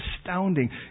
astounding